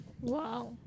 Wow